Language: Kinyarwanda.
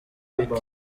bike